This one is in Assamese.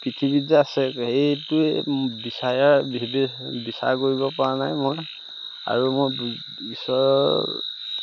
পৃথিৱীত যে আছে এইটোৱে বিচাৰ বিচাৰ কৰিবপৰা নাই মই আৰু মই ঈশ্বৰৰ